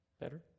Better